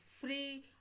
free